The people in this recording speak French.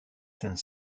saint